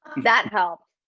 that helped.